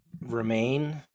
remain